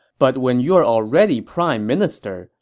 but when you are already prime minister,